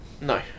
No